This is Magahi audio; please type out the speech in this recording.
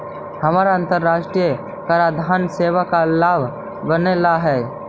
हमारा अन्तराष्ट्रिय कराधान सेवा का भाग बने ला हई